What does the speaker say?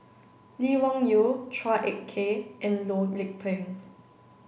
Lee Wung Yew Chua Ek Kay and Loh Lik Peng